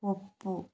ಒಪ್ಪು